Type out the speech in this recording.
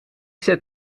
zet